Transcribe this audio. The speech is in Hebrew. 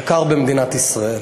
יקר במדינת ישראל.